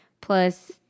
plus